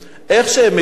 לדוגמה, איך שהם מגיעים,